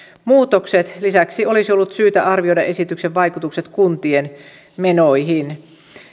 muutokset lisäksi olisi ollut syytä arvioida esityksen vaikutukset kuntien menoihin